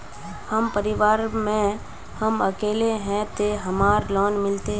हम परिवार में हम अकेले है ते हमरा लोन मिलते?